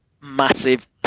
massive